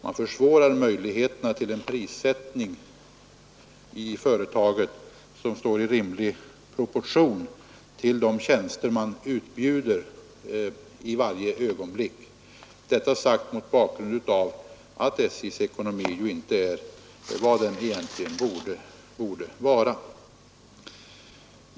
Man försvårar möjligheterna till en prissättning i företaget som står i rimlig proportion till de tjänster som utbjuds i varje ögonblick. Detta sagt mot bakgrunden av att SJ:s ekonomi inte är vad den egentligen borde vara.